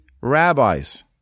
rabbis